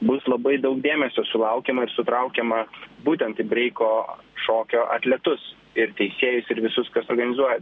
bus labai daug dėmesio sulaukiama ir sutraukiama būtent į breiko šokio atletus ir teisėjus ir visus kas organizuoja